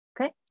Okay